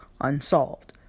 unsolved